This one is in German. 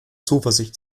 zuversicht